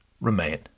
remain